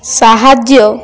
ସାହାଯ୍ୟ